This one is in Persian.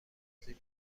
توضیح